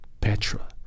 Petra